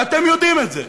ואתם יודעים את זה.